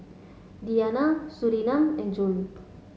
Diyana Surinam and Zul